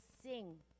sing